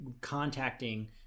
contacting